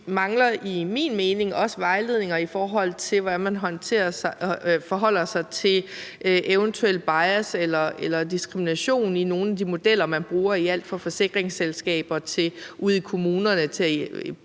mangler efter min mening også vejledninger, i forhold til hvordan man forholder sig til eventuel bias eller diskrimination i nogle af de modeller, man bruger i alt fra forsikringsselskaber til ude i kommunerne,